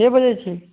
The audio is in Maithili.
के बजै छी